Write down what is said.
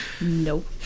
nope